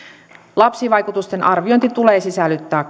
lapsivaikutusten arviointi tulee sisällyttää